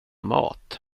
mat